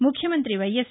ముఖ్యమంతి వైఎస్